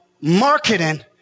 marketing